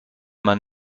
man